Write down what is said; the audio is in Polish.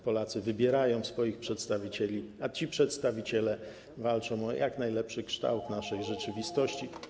Polacy wybierają swoich przedstawicieli, a ci przedstawiciele walczą o jak najlepszy kształt naszej rzeczywistości.